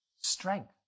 Strength